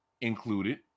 included